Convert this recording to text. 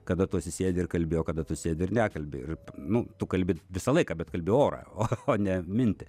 kada tu atsisėdi ir kalbi o kada tu sėdi ir nekalbi ir nu tu kalbi visą laiką bet kalbi orą o ne mintį